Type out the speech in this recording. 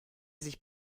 sich